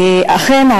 אכן,